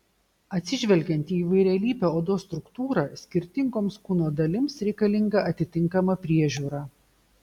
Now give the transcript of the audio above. atsižvelgiant į įvairialypę odos struktūrą skirtingoms kūno dalims reikalinga atitinkama priežiūra